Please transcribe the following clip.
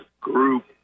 group